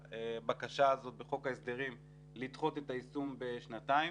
הבקשה הזאת בחוק ההסדרים לדחות את היישום בשנתיים.